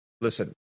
listen